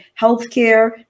healthcare